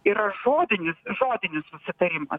yra žodinis žodinis susitarimas